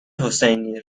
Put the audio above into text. حسینی